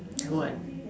then what